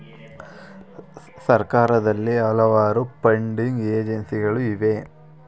ಸರ್ಕಾರದಲ್ಲಿ ಹಲವಾರು ಫಂಡಿಂಗ್ ಏಜೆನ್ಸಿಗಳು ಇವೆ